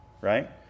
right